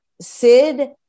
Sid